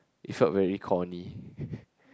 it felt very corny